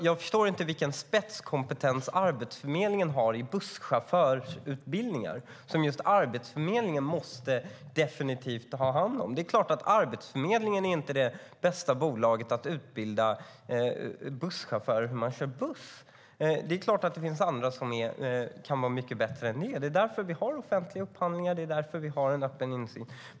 Jag förstår inte vilken spetskompetens Arbetsförmedlingen har i busschaufförsutbildningar som just Arbetsförmedlingen definitivt måste ha hand om. Det är klart att Arbetsförmedlingen inte är det bästa bolaget att utbilda busschaufförer. Det finns andra som är mycket bättre. Det är därför vi har offentliga upphandlingar. Det är därför vi har en öppen insyn.